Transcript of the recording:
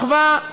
אחווה,